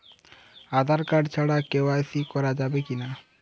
Aadhaar card ছাড়া KYC করা যাবে কি না?